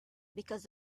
because